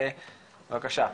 בבקשה.